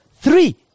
Three